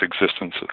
existences